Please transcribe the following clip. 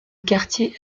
quartier